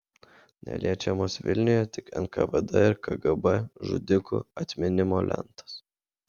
neliečiamos vilniuje tik nkvd ir kgb žudikų atminimo lentos